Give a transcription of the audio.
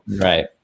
Right